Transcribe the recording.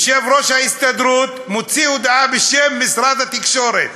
יושב-ראש ההסתדרות מוציא הודעה בשם משרד התקשורת,